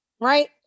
right